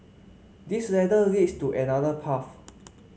this ladder leads to another path